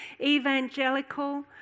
evangelical